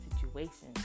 situations